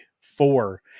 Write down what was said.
four